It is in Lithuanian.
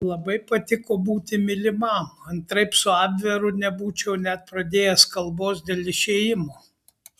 man labai patiko būti mylimam antraip su abveru nebūčiau net pradėjęs kalbos dėl išėjimo